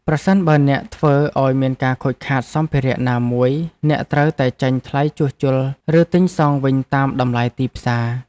ប្រសិនបើអ្នកធ្វើឱ្យមានការខូចខាតសម្ភារៈណាមួយអ្នកត្រូវតែចេញថ្លៃជួសជុលឬទិញសងវិញតាមតម្លៃទីផ្សារ។